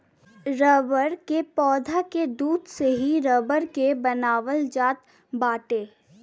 rubber के पौधा के दूध से ही रबर के बनावल जात बाटे